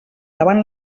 davant